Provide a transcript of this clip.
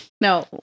no